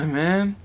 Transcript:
man